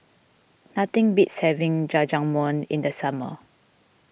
nothing beats having Jajangmyeon in the summer